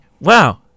Wow